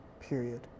period